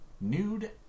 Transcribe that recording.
nude